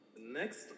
Next